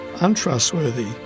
untrustworthy